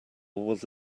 was